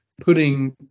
putting